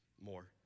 more